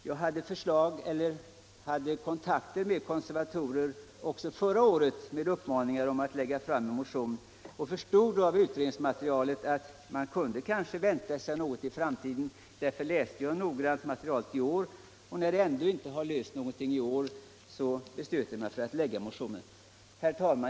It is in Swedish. Jag hade också förra året kontakter med konservatorer och fick uppmaningar att lägga fram en motion, och jag förstod då av utredningsmaterialet att man kanske kunde vänta sig något i framtiden. Men efter som det inte har hänt något nytt i år beslöt jag mig för att väcka en motion. Herr talman!